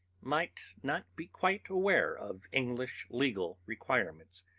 might not be quite aware of english legal requirements,